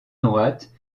droite